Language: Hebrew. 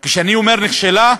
כשאני אומר נכשלה,